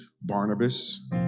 Barnabas